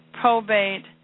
Probate